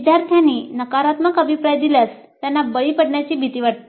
विद्यार्थ्यांनी नकारात्मक अभिप्राय दिल्यास त्यांना बळी पडण्याची भीती वाटते